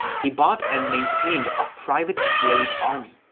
he bought and maintained a private slave army.